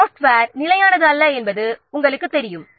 software நிலையானது அல்ல என்பது உங்களுக்குத் தெரியும்